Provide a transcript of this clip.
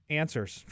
answers